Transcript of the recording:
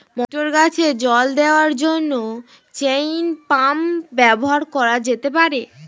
মটর গাছে জল দেওয়ার জন্য চেইন পাম্প ব্যবহার করা যেতে পার?